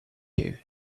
you